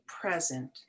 present